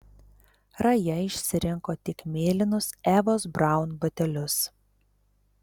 raja išsirinko tik mėlynus evos braun batelius